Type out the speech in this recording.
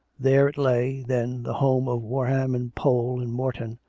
there it lay, then, the home of warham and pole and morton,